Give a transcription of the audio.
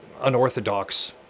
unorthodox